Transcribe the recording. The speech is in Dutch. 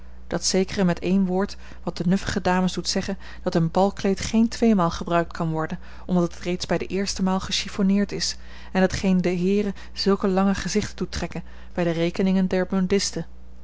dat zekere met één woord wat de nuffige dames doet zeggen dat een balkleed geen tweemaal gebruikt kan worden omdat het reeds bij de eerste maal gechiffoneerd is en hetgeen de heeren zulke lange gezichten doet trekken bij de rekeningen der